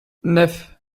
neuf